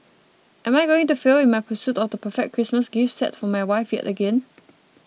am I going to fail in my pursuit of the perfect Christmas gift set for my wife yet again